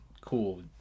cool